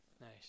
Nice